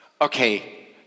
okay